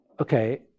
Okay